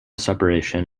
separation